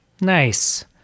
Nice